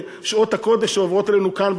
שעות הקודש שעוברות עלינו כאן,